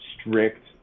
strict